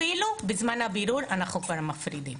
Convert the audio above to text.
אפילו בזמן הבירור אנחנו כבר מפרידים.